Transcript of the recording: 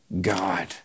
God